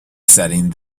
setting